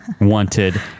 wanted